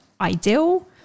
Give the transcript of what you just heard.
ideal